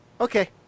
Okay